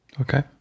Okay